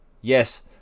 Yes